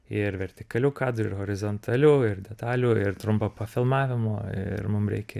ir vertikalių kadrų ir horizontalių ir detalių ir trumpo pafilmavimo ir mum reikia